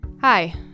Hi